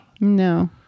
No